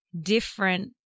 different